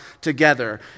together